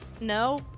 No